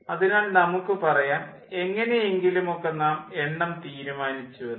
അതിനാൽ നമുക്ക് പറയാം എങ്ങനെയെങ്കിലും ഒക്കെ നാം എണ്ണം തീരുമാനിച്ചുവെന്ന്